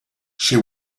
she